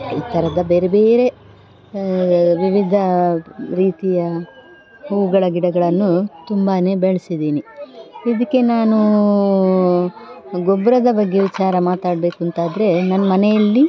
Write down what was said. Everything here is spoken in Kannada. ಈ ಥರದ ಬೇರೆ ಬೇರೆ ವಿವಿಧ ರೀತಿಯ ಹೂಗಳ ಗಿಡಗಳನ್ನು ತುಂಬ ಬೆಳೆಸಿದ್ದೀನಿ ಇದಕ್ಕೆ ನಾನು ಗೊಬ್ಬರದ ಬಗ್ಗೆ ವಿಚಾರ ಮಾತಾಡಬೇಕು ಅಂತಾದರೆ ನನ್ನ ಮನೆಯಲ್ಲಿ